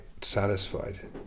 satisfied